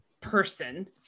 person